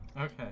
Okay